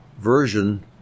version